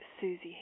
susie